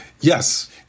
yes